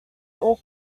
all